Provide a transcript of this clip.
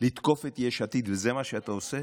לתקוף את יש עתיד וזה מה שאתה עושה?